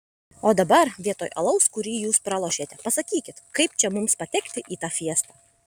o dabar vietoj alaus kurį jūs pralošėte pasakykit kaip čia mums patekti į tą fiestą